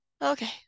Okay